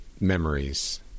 memories